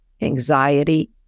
anxiety